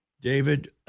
David